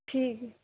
ਠੀਕ